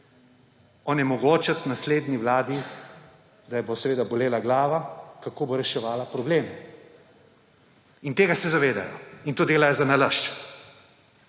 onemogočiti naslednji vladi, da jo bo bolela glava, kako bo reševala problem. Tega se zavedajo in to delajo zanalašč.